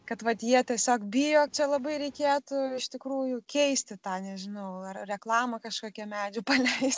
kad vat jie tiesiog bijo čia labai reikėtų iš tikrųjų keisti tą nežinau ar reklamą kažkokią medžių paleisti